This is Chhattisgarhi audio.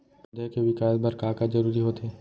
पौधे के विकास बर का का जरूरी होथे?